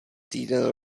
týden